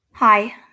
Hi